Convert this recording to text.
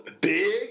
Big